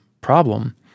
problem